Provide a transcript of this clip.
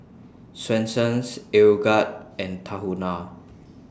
Swensens Aeroguard and Tahuna